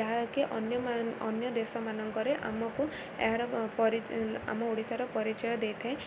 ଯାହାକି ଅନ୍ୟ ଅନ୍ୟ ଦେଶ ମାନଙ୍କରେ ଆମକୁ ଏହାର ଓଡ଼ିଶାର ପରିଚୟ ଦେଇଥାଏ